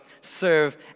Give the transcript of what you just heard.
serve